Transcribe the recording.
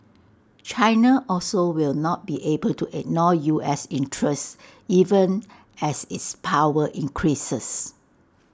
China also will not be able to ignore U S interests even as its power increases